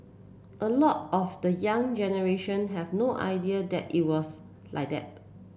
a lot of the young generation have no idea that it was like that